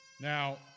Now